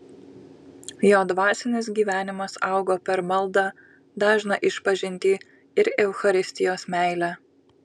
jo dvasinis gyvenimas augo per maldą dažną išpažintį ir eucharistijos meilę